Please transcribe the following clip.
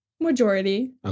Majority